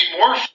more